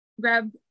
grab